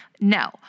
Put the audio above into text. No